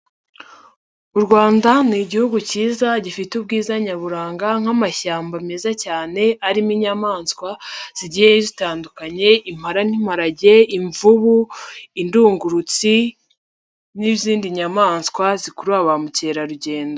U Rwanda ni igihugu cyiza gifite ubwiza nyaburanga nk'amashyamba meza cyane arimo inyamaswa zigiye zitandukanye impara n'imparage, imvubu, indungurutsi, n'izindi nyamaswa zikurura ba mukerarugendo.